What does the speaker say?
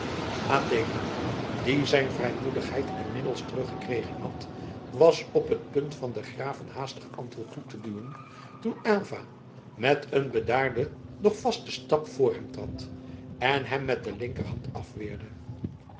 adeelen die zijn vrijmoedigheid inmiddels teruggekregen had was op het punt van den graaf een haastig antwoord toe te duwen toen aylva met een bedaarden doch vasten stap voor hem trad en hem met de linkerhand afweerde